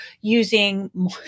using